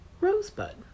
Rosebud